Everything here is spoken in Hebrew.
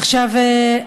עכשיו,